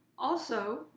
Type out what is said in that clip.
also,